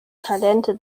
talente